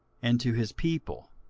and to his people.